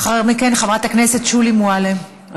לאחר מכן, חברת הכנסת שולי מועלם-רפאלי.